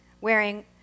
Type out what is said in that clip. wearing